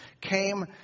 came